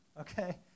okay